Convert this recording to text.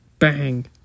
Bang